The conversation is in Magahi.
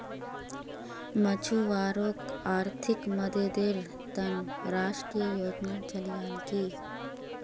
मछुवारॉक आर्थिक मददेर त न राष्ट्रीय योजना चलैयाल की